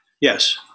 Yes